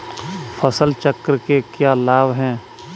फसल चक्र के क्या लाभ हैं?